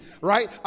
right